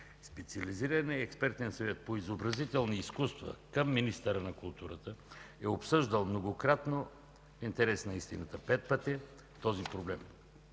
Специализираният експертен съвет по изобразителни изкуства към министъра на културата е обсъждал многократно – пет пъти, този проблем.